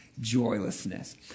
joylessness